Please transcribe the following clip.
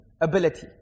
ability